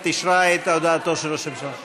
הכנסת אישרה את הודעתו של ראש הממשלה.